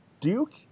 Duke